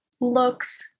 looks